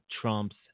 Trump's